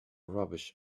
rubbish